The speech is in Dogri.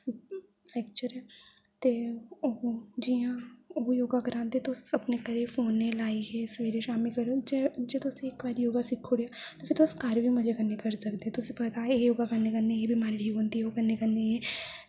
लेक्चर ते ओह् जि'यां ओह् योगा करांदे तुस अपने घरै फोनै ई लाइयै सबैह्रे शामीं करो जे तुस इक बारी योगा सिक्खी ओड़ेआ फिर घर बी मज़े कन्नै करी सकदे तुस पता एह् एह् योग करने कन्नै एह् बीमारी ठीक होंदी ओह् करने कन्नै ते